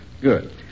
good